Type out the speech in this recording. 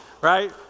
right